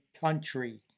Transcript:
country